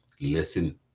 listen